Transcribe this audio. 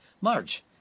Marge